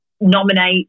nominate